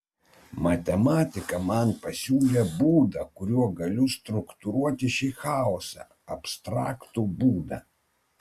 matematika man pasiūlė būdą kuriuo galiu struktūruoti šį chaosą abstraktų būdą